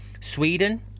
Sweden